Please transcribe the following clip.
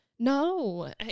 no